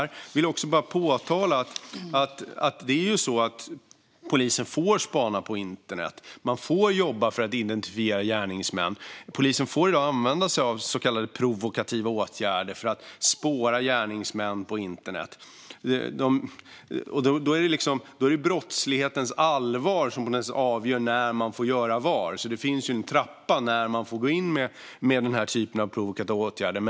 Jag vill dock påpeka att polisen får spana på internet. Man får jobba för att identifiera gärningsmän. Polisen får i dag använda sig av så kallade provokativa åtgärder för att spåra gärningsmän på internet. Det är brottslighetens allvar som avgör när man får göra vad; det finns en trappa för när man får gå in med den här typen av provokativa åtgärder.